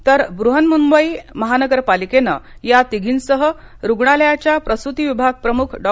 तर ब्रहन्मुंबई महानगरपालिकेनं या तिघींसह रुग्णालयाच्या प्रसुतीविभाग प्रमुख डॉ